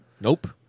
Nope